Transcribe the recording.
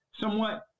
somewhat